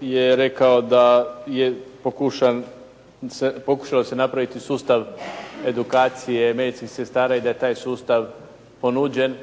je rekao da je pokušan, pokušao se napraviti sustav edukacije medicinskih sestara i da je taj sustav ponuđen.